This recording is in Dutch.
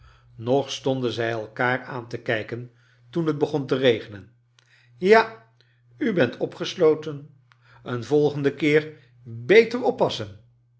nog stonden zij elkaar aan te kijken toen t begon te regenen ja u bent opgesloten een volgenden keer beter oppassen